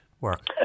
work